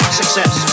success